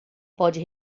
pode